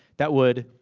that would,